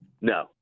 No